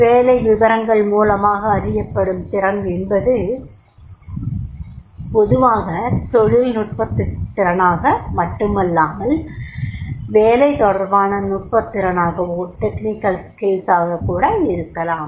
வேலை விவரங்கள் மூலமாக அறியப்படும் திறன் என்பது பொதுவாக தொழில் நுட்பத்திறனாக மட்டுமல்ல வேலை தொடர்பான நுட்பத் திறனாகவோ கூட இருக்கலாம்